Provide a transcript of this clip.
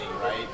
right